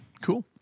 cool